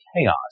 chaos